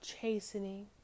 chastening